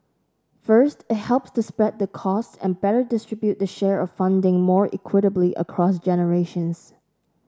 first it helps to spread the costs and better distribute the share of funding more equitably across generations